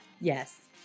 Yes